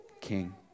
king